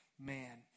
man